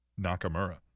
Nakamura